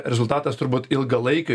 rezultatas turbūt ilgalaikio